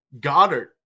Goddard